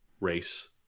race